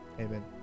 amen